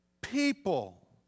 people